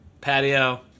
patio